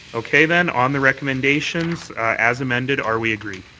okay then. on the recommendations as amended, are we agreed?